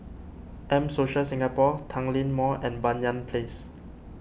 M Social Singapore Tanglin Mall and Banyan Place